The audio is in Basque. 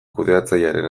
kudeatzailearen